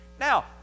Now